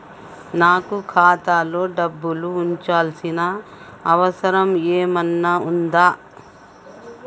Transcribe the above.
నాకు ఖాతాలో డబ్బులు ఉంచాల్సిన అవసరం ఏమన్నా ఉందా?